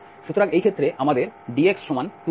সুতরাং এই ক্ষেত্রে আমাদের dx 2ydy আছে